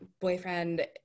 boyfriend